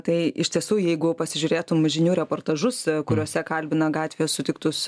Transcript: tai iš tiesų jeigu pasižiūrėtum žinių reportažus kuriuose kalbina gatvėje sutiktus